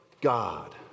God